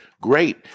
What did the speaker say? Great